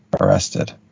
arrested